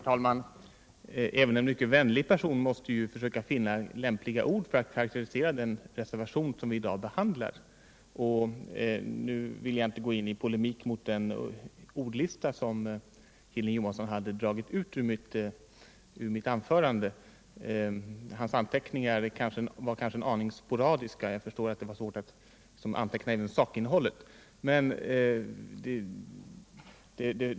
Herr talman! Även en mycket vänlig person måste ju försöka finna lämpliga ord för att karaktärisera den reservation som vi i dag behandlar. Nu vill jag inte gå in i polemik mot den ordlista som Hilding Johansson dragit ut ur mitt anförande — hans anteckningar var kanske en aning sporadiska, och jag förstår att det var svårt att anteckna även sakinnehållet.